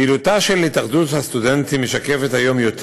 פעילותה של התאחדות הסטודנטים משקפת היום יותר